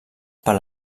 per